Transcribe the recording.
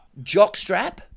Jockstrap